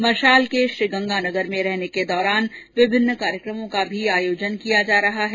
मशाल के श्रीगंगानगर में रहने के दौरान विभिन्न कार्यक्रमों का आयोजन भी किया जा रहा है